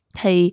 thì